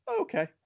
Okay